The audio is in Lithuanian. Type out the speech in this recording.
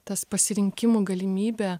tas pasirinkimo galimybė